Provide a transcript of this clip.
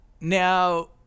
now